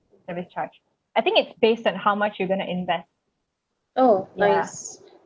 service charge I think it's based on how much you going to invest ya